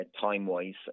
time-wise